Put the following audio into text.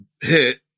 hit